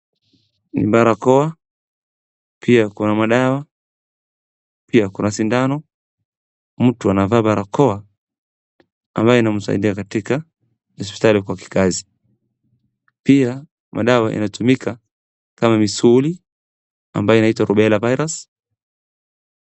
Ni barakoa, pia kuna madawa, pia kuna sindano, mtu anavaa barakoa ambayo inamsaidia katika hospitali kwa kikazi. Pia, madawa inatumika kama misuli, ambayo inaitwa Rubella Virus .